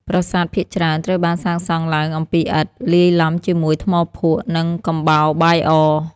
ប្រាសាទភាគច្រើនត្រូវបានសាងសង់ឡើងអំពីឥដ្ឋ លាយឡំជាមួយថ្មភក់ និងកំបោរបាយអ។